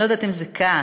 אני לא יודעת אם זה כעס,